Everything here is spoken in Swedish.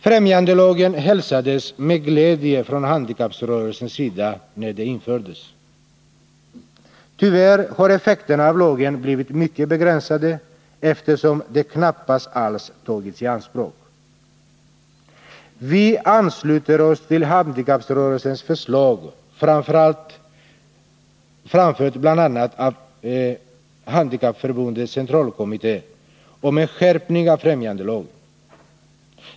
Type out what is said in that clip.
Främjandelagen hälsades med glädje från handikapprörelsens sida, när den infördes. Tyvärr har effekterna av lagen blivit mycket begränsade, eftersom den knappast alls tagits i anspråk. Vi ansluter oss till handikapprörelsens förslag, framfört bl.a. av Handikappförbundens centralkommitté, om en skärpning av främjandelagen.